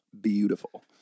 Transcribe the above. beautiful